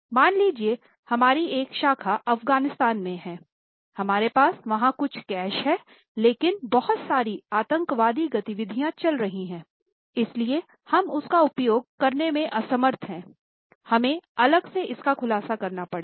मान लीजिये हमारी एक शाखा अफग़ानिस्तान में हैं हमारे पास वहां कुछ कैश है लेकिन बहुत सारी आतंकवादी गतिविधियाँ चल रही हैं इसलिए हम इसका उपयोग करने में असमर्थ हैं हमें अलग से इसका खुलासा करना पड़ेगा